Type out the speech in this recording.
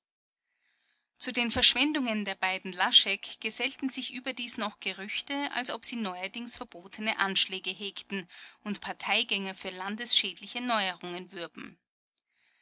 zu den verschwendungen der beiden laschek gesellten sich überdies noch gerüchte als ob sie neuerdings verbotene anschläge hegten und parteigänger für landesschädliche neuerungen würben